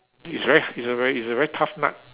it's a ve~ it's a very it's a very tough nut